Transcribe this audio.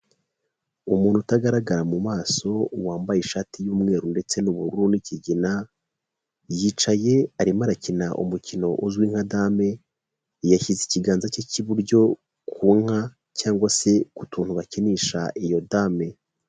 Umuntu utagaragara mu maso, wambaye ishati y'umweru ndetse n'ubururu n'ikigina, yicaye arimo arakina umukino uzwi nka dame, yashyize ikiganza cye cy'iburyo ku nka cyangwa se ku tuntu bakinisha iyo dame.